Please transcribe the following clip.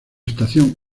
estación